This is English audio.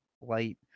light